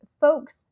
folks